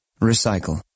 Recycle